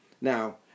Now